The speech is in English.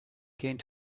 gained